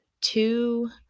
two